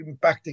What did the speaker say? impacting